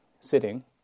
sitting